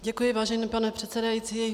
Děkuji, vážený pane předsedající.